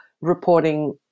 reporting